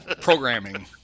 programming